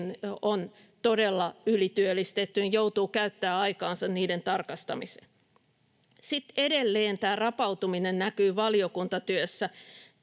on todella ylityöllistetty, joutuu käyttämään aikaansa niiden tarkastamiseen. Sitten edelleen tämä rapautuminen näkyy valiokuntatyössä